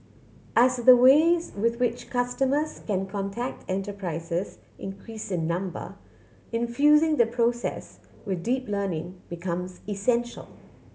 as the ways with which customers can contact enterprises increase in number infusing the process with deep learning becomes essential